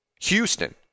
Houston